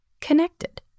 connected